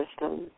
system